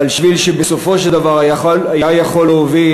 אבל שביל שבסופו של דבר היה יכול להוביל